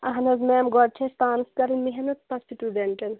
اہن حظ میم گۄڈٕ چھِ اَسہِ پانس کَرٕنۍ محنت پَتہٕ سٹوڈنٹن